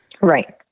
Right